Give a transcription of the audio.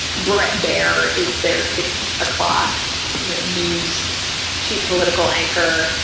brett baer is there, six o'clock you know news chief, political anchor.